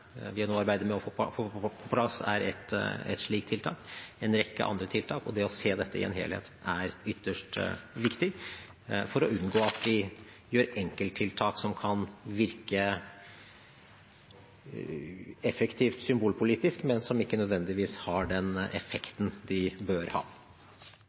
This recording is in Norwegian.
vi nå arbeider med å få på plass, er et slikt tiltak. Det er en rekke andre tiltak, og det å se dette i en helhet er ytterst viktig for å unngå at vi gjør enkelttiltak som kan virke effektivt symbolpolitisk, men som ikke nødvendigvis har den effekten de bør ha.